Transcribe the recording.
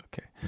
okay